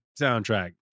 soundtrack